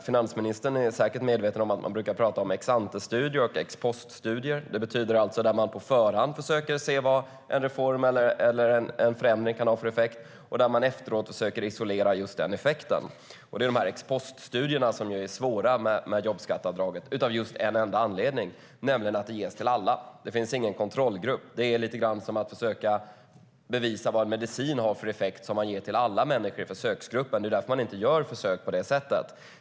Finansministern är säkert medveten om att man brukar tala om ex-ante-studier och ex-post-studier. Det betyder att man på förhand försöker se vad en reform eller en förändring kan ha för effekt och att man efteråt försöker isolera just den effekten. Ex-post-studier är svåra att göra av jobbskatteavdraget av en enda anledning, nämligen att det ges till alla. Det finns ingen kontrollgrupp. Det är lite grann som att försöka bevisa effekten av en medicin som man ger till alla människor i försöksgruppen. Det är därför man inte gör försök på det sättet.